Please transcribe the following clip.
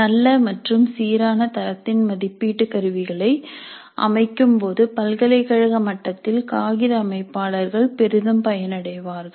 நல்ல மற்றும் சீரான தரத்தின் மதிப்பீட்டு கருவிகளை அமைக்கும் போது பல்கலைக்கழக மட்டத்தில் காகித அமைப்பாளர்கள் பெரிதும் பயனடைவார்கள்